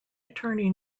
attorney